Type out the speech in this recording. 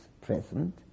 present